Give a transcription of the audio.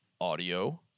Audio